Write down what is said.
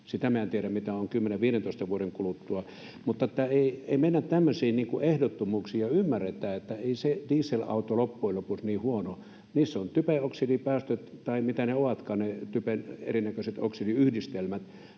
minä en tiedä, mitä on 10—15 vuoden kuluttua. Mutta ei mennä tämmöisiin ehdottomuuksiin, ja ymmärretään, että ei se dieselauto loppujen lopuksi ole niin huono. Niiden typen oksidipäästöt — tai mitä ne ovatkaan, ne typen erinäköiset oksidiyhdistelmät